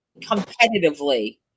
competitively